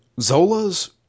Zola's